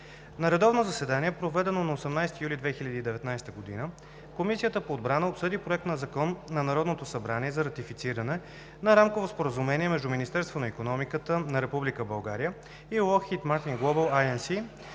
На редовно заседание, проведено на 18 юли 2019 г., Комисията по отбрана обсъди Проект на закон на Народното събрание за ратифициране на Рамково споразумение между Министерството на икономиката на Република България